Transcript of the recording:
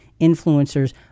influencers